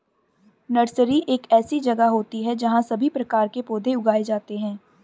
nursery एक ऐसी जगह होती है जहां सभी प्रकार के पौधे उगाए जाते हैं